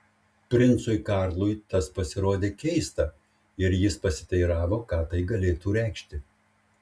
princui karlui tas pasirodė keista ir jis pasiteiravo ką tai galėtų reikšti